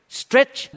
stretch